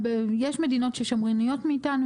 יש מדינות שהן שמרניות מאתנו,